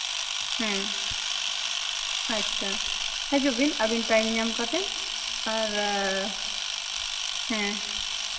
ᱦᱮᱸ ᱟᱪᱪᱷᱟ ᱦᱤᱡᱩᱜ ᱵᱤᱱ ᱟᱹᱵᱤᱱ ᱴᱟᱭᱤᱢ ᱧᱟᱢ ᱠᱟᱛᱮᱫ ᱟᱨ ᱦᱮᱸ